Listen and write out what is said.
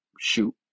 shoot